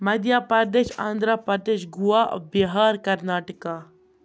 Madhya Pradesh Andhra Pradesh Goa Bihar Karnataka